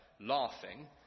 laughing